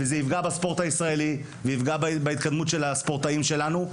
זה יפגע בספורט הישראלי ובהתקדמות של הספורטאים שלנו.